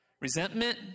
Resentment